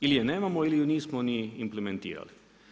Ili je nemamo ili ju nismo ni implementirali.